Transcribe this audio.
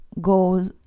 go